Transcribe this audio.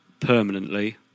permanently